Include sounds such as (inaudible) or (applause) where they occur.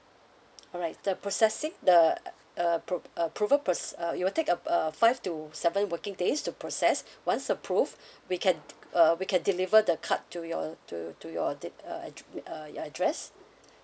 alright the processing the (noise) uh pro~ uh proval~ pros~ uh it will take up uh five to seven working days to process once approved (breath) we can d~ uh we can deliver the card to your to to your the uh addre~ (noise) uh your address